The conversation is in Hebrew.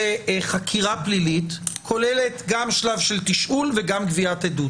שחקירה פלילית כוללת גם שלב של תשאול וגם שלב גביית עדות.